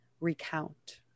recount